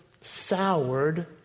soured